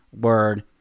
word